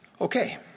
Okay